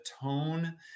tone